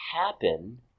happen